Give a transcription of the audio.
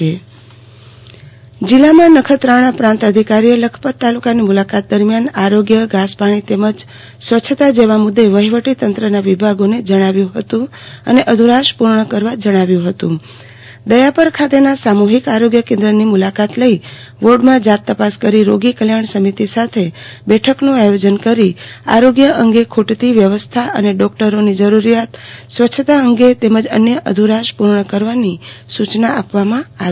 આરતી ભદ્દ પ્રાંતઅધિકારી લખપતની મુલાકતે જીલ્લામાં નખત્રાણા પ્રાંત અધિકારી એ લખપત તાલુકા ની મુલાકાત દરમ્યાન આરોગ્ય ધાસ પાણી તેમજ સ્વરછતાં જેવા મુદે વફીવટી તંત્રના વિભાગો ને જણાવ્યું ફતું અને અધુરાશ પ્રર્ણ કરવા જણાવ્યું ફતું દયાપર આ તેના સામુહિક આરોગ્ય કેન્દ્ર ની મુલાકાત લઇ વોર્ડમાં જાત તપાસ કરી રોગી કલ્યાણ સમિતિ સાથે બેઠક નું આયોજન કરી આરોગ્ય અંગે ખૂટતી વ્યવસ્થા અને ડોકટરો ની જરૂરીયાત સ્વચ્છતાના અંગે તેમજ અન્ય અધુરાશ પૂર્ણ કરવાની સુચના આપવામાં આવી